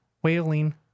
whaling